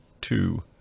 two